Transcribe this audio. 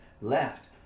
left